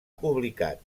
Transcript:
publicat